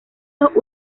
dos